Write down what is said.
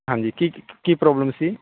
ਹਾਂਜੀ ਕੀ ਕੀ ਪ੍ਰੋਬਲਮ ਸੀ